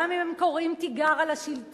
גם אם הם קוראים תיגר על השלטון,